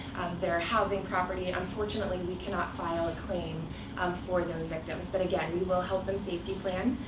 their housing property and unfortunately, we cannot file a claim um for those victims. but again, we will help them safety plan,